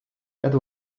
that